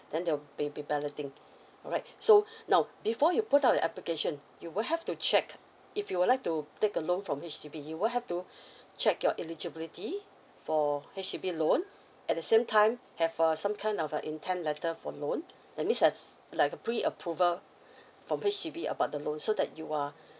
then they will be be balloting alright so now before you put out your application you will have to check if you would like to take a loan from H_D_B you will have to check your eligibility for H_D_B loan at the same time have uh some kind of uh intent letter for loan that means uh like a pre approval from H_D_B about the loan so that you are